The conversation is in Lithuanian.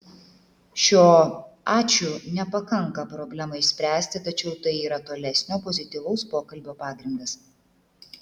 šio ačiū nepakanka problemai išspręsti tačiau tai yra tolesnio pozityvaus pokalbio pagrindas